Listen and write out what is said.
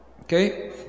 okay